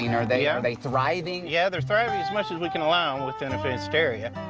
mean, are they are they thriving? yeah, they're thriving as much as we can allow within a fenced area.